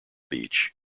beach